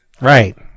Right